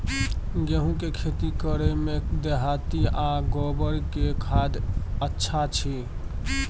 गेहूं के खेती करे में देहाती आ गोबर के खाद अच्छा छी?